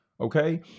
okay